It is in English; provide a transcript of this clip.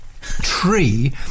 tree